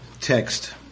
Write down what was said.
text